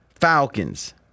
Falcons